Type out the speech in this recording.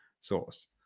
source